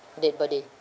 dead body